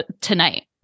tonight